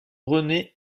rené